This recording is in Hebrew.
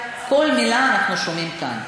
כל מילה אנחנו שומעים כאן,